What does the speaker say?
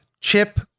chip